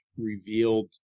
revealed